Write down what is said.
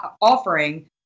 offering